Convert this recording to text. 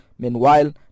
Meanwhile